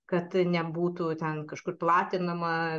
kad nebūtų ten kažkur platinama